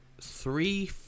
three